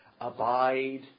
abide